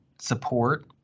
support